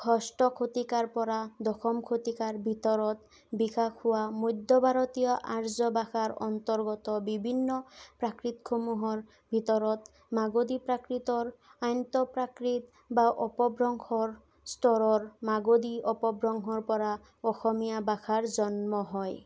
ষষ্ঠ শতিকাৰ পৰা দশম শতিকাৰ ভিতৰত বিকাশ হোৱা মধ্য় ভাৰতীয়া আৰ্য ভাষাৰ অন্তৰ্গত বিভিন্ন প্ৰাকৃতসমূহৰ ভিতৰত মাগধী প্ৰাকৃতৰ আন্ত্য প্ৰাকৃত বা অপভ্ৰংশৰ স্তৰৰ মাগধী অপভ্ৰংশৰ পৰা অসমীয়া ভাষাৰ জন্ম হয়